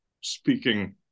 speaking